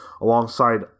alongside